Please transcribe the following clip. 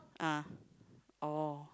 ah oh